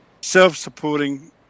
self-supporting